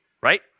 Right